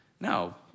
no